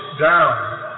down